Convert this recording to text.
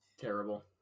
Terrible